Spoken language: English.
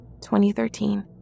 2013